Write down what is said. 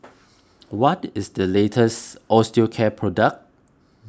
what is the latest Osteocare product